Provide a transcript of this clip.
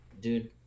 dude